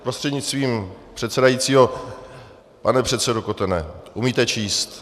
Prostřednictvím pana předsedajícího pane předsedo Kotene, umíte číst?